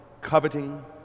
coveting